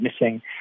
missing